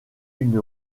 une